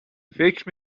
فکر